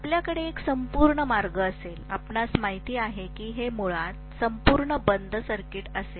आपल्याकडे एक संपूर्ण मार्ग असेल आपणास माहित आहे की हे मुळात संपूर्ण बंद सर्किट असेल